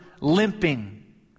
limping